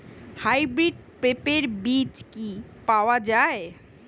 Hybrid পেঁপের বীজ কি পাওয়া যায়?